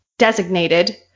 designated